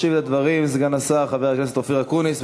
ישיב על הדברים סגן השר חבר הכנסת אופיר אקוניס,